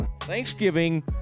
Thanksgiving